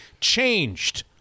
changed